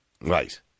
Right